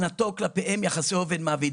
מבחינתו כלפיהם יחסי עובד מעביד.